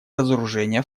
разоружения